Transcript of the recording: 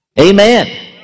Amen